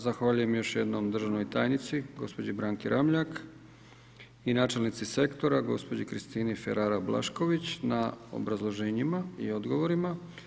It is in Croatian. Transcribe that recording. Zahvaljujem još jednom državnoj tajnici, gospođi Branki Ramljak i načelnici sektora gospođi Kristini Ferara Blašković na obrazloženjima i odgovorima.